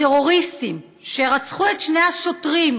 הטרוריסטים שרצחו את שני השוטרים,